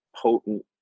potent